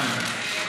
אמן.